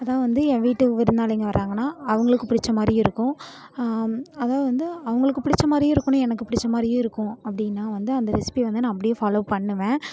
அதுவும் வந்து என் வீட்டுக்கு விருந்தாளிங்க வர்றாங்கன்னால் அவங்களுக்கு பிடிச்ச மாதிரியும் இருக்கும் அதுவும் வந்து அவங்களுக்கு பிடிச்ச மாதிரியும் இருக்கணும் எனக்கு பிடிச்ச மாதிரியும் இருக்கும் அப்படின்னா வந்து அந்த ரெசிப்பி வந்து நான் அப்படியே ஃபாலோவ் பண்ணுவேன்